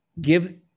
give